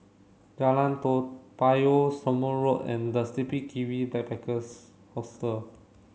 Jalan Toa Payoh Somme Road and the Sleepy Kiwi Backpackers Hostel